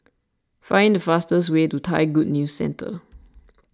find the fastest way to Thai Good News Centre